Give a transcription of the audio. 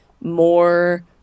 more